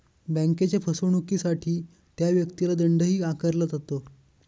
बँकेच्या फसवणुकीसाठी त्या व्यक्तीला दंडही आकारला जातो